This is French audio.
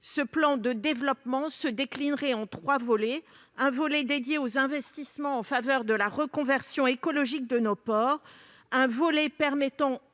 Ce plan de développement se déclinerait en trois volets : un volet dédié aux investissements en faveur de la reconversion écologique de nos ports ; un volet permettant